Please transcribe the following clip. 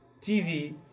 TV